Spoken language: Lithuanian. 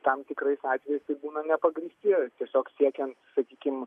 tam tikrais atvejais tai būna nepagrįsti tiesiog siekiant sakykim